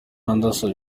anderson